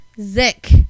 Zick